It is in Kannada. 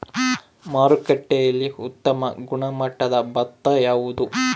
ಮಾರುಕಟ್ಟೆಯಲ್ಲಿ ಉತ್ತಮ ಗುಣಮಟ್ಟದ ಭತ್ತ ಯಾವುದು?